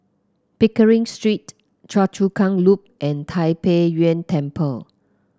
Pickering Street Choa Chu Kang Loop and Tai Pei Yuen Temple